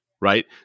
right